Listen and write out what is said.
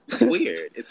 weird